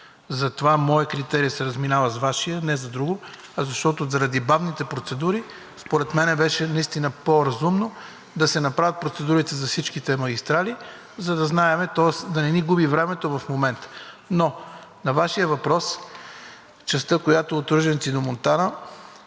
Затова моят критерии се разминава с Вашия, не за друго, а защото заради бавните процедури според мен беше наистина по разумно да се направят процедурите за всичките магистрали, за да знаем, тоест да не ни губи времето в момента. Но на Вашия въпрос, частта, която е от Ружинци до Монтана,